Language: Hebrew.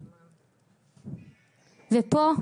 ופה,